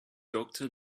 doctor